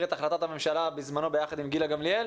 את החלטת הממשלה ביחד עם גילה גמליאל.